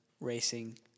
racing